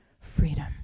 freedom